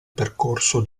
percorso